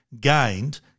gained